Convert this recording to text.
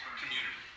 community